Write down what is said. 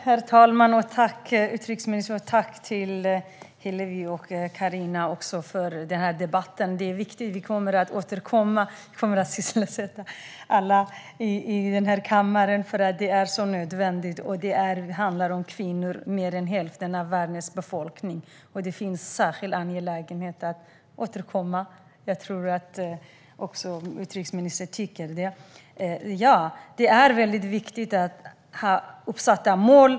Herr talman! Jag tackar utrikesministern, Hillevi Larsson och Carina Ohlsson för denna viktiga debatt. Vi kommer att återkomma till den och sysselsätta alla i den här kammaren. Det är nödvändigt. Det handlar om kvinnor, mer än hälften av världens befolkning, och det är därför särskilt angeläget att återkomma till frågan, vilket jag tror att även utrikesministern tycker. Det är väldigt viktigt att ha uppsatta mål.